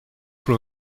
sous